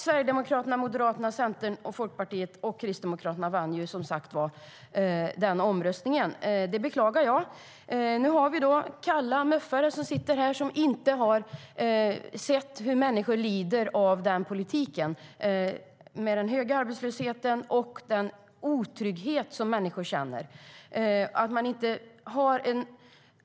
Sverigedemokraterna, Moderaterna, Centern, Folkpartiet och Kristdemokraterna vann som sagt omröstningen. Det beklagar jag. Nu har vi kalla Muf:are som sitter här och som inte har sett hur människor lider av den politiken. Arbetslösheten är hög, och människor känner otrygghet.